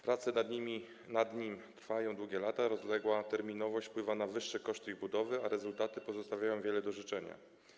Prace nad nimi trwają długie lata, rozległa terminowość wpływa na wyższe koszty ich realizacji, a rezultaty pozostawiają wiele do życzenia.